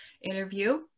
interview